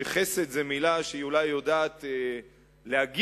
ש"חסד" היא מלה שהיא יודעת להגיד,